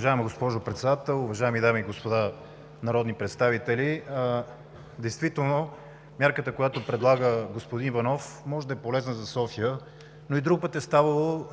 Уважаема госпожо Председател, уважаеми дами и господа народни представители! Действително мярката, която предлага господин Иванов, може да е полезна за София. И друг път е ставало